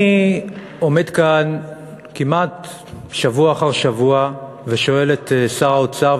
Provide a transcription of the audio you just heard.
אני עומד כאן כמעט שבוע אחר שבוע ושואל את שר האוצר,